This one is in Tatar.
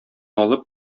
алып